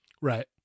Right